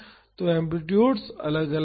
तो एम्पलीटुडस अलग अलग हैं